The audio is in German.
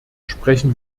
sprechen